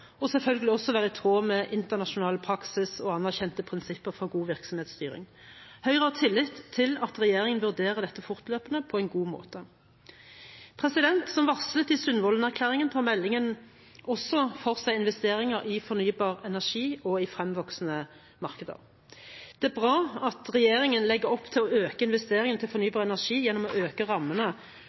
og selvfølgelig også være i tråd med internasjonal praksis og anerkjente prinsipper for god virksomhetsstyring. Høyre har tillit til at regjeringen vurderer dette fortløpende på en god måte. Som varslet i Sundvolden-erklæringen tar meldingen også for seg investeringer i fornybar energi og i fremvoksende markeder. Det er bra at regjeringen legger opp til å øke investeringene til fornybar energi gjennom å øke rammene